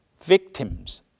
victims